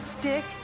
dick